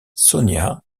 sonia